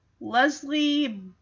Leslie